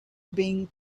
being